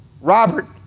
Robert